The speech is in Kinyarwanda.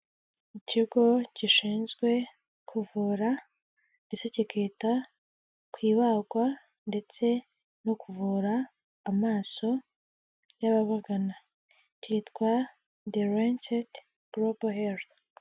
Ikigo gishinzwe kuvura ndetse kikita ku ibagwa ndetse no kuvura amaso y'ababagana cyitwa The Lancet Global Health.